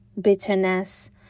bitterness